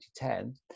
2010